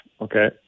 Okay